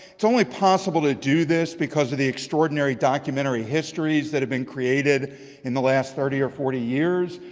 it's only possible to do this because of the extraordinary documentary histories that have been created in the last thirty or forty years.